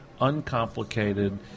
uncomplicated